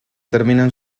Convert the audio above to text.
terminan